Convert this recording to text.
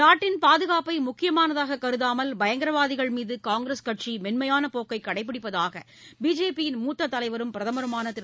நாட்டின் பாதுகாப்பை முக்கியமானதாக கருதாமல் பயங்கரவாதிகள் மீது காங்கிரஸ் கட்சி மென்மையான போக்கை கடைப்பிடிப்பதாக பிஜேபியின் மூத்த தலைவரும் பிரதமருமான திரு